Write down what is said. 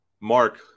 Mark